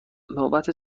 نوبت